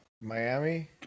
Miami